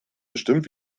bestimmt